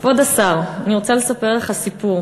כבוד השר, אני רוצה לספר לך סיפור.